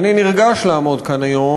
אני נרגש לעמוד כאן היום,